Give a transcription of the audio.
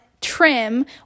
trim